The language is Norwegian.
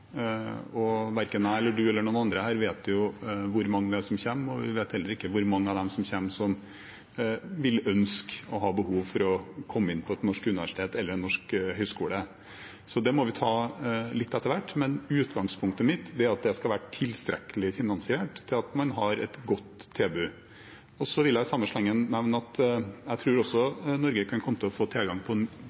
vet heller ikke hvor mange av dem som kommer, som vil ønske og ha behov for å komme inn på et norsk universitet eller en norsk høyskole, så det må vi ta litt etter hvert. Men utgangspunktet mitt er at det skal være tilstrekkelig finansiert til at man har et godt tilbud. I samme slengen vil jeg nevne at jeg også tror at Norge – sannsynligvis, i hvert fall – kan komme til å få tilgang på